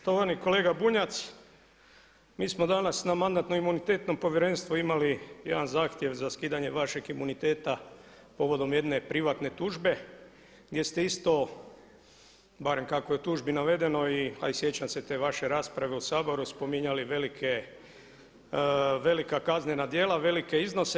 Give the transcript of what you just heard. Štovani kolega Bunjac, mi smo danas na Mandatno-imunitetnom povjerenstvu imali jedan zahtjev za skidanje vašeg imuniteta povodom jedne privatne tužbe gdje ste isto barem kako je u tužbi navedeno, a i sjećam se te vaše rasprave u Saboru spominjali velika kaznena djela, velike iznose.